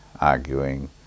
arguing